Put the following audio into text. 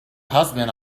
husband